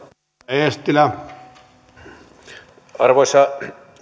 arvoisa